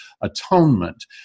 atonement